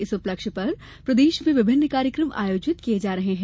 इस उपलक्ष्य पर प्रदेश में विभिन्न कार्यक्रम आयोजित किये जा रहे हैं